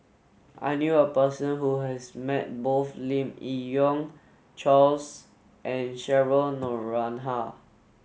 I knew a person who has met both Lim Yi Yong Charles and Cheryl Noronha